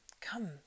Come